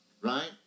right